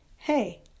Hey